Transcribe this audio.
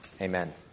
Amen